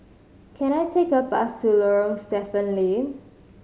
can I take a bus to Lorong Stephen Lee